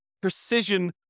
precision